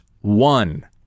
one